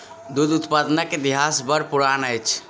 दूध उत्पादनक इतिहास बड़ पुरान अछि